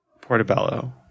Portobello